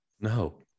no